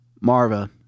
Marva